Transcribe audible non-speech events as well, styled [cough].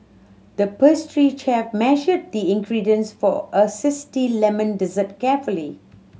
the pastry chef measured the ingredients for a [unintelligible] lemon dessert carefully